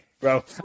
Bro